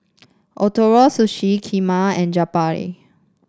Ootoro Sushi Kheema and Japchae